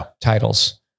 titles